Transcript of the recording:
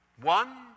One